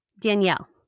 Danielle